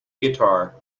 guitar